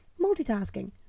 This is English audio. multitasking